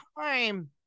time